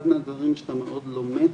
אחד הדברים שאתה מאוד לומד,